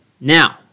Now